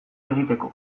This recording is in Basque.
egiteko